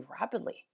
rapidly